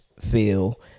feel